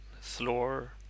floor